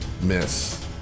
miss